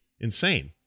insane